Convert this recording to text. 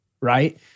right